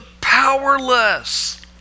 powerless